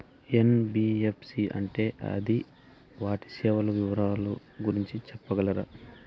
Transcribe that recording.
NBFC అంటే అది వాటి సేవలు వివరాలు గురించి సెప్పగలరా?